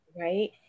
right